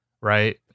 right